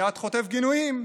מייד חוטף גינויים: